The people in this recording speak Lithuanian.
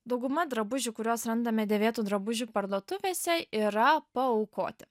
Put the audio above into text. dauguma drabužių kuriuos randame dėvėtų drabužių parduotuvėse yra paaukoti